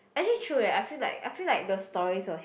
actually true eh I feel like I feel like the stories was